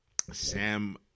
Sam